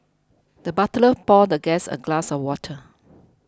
the butler poured the guest a glass of water